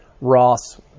Ross